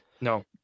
No